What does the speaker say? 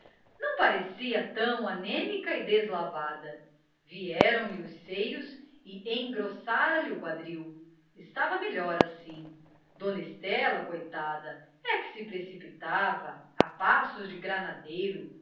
não parecia tão anêmica e deslavada vieram-lhe os seios e engrossara lhe o quadril estava melhor assim dona estela coitada é que se precipitava a passos de granadeiro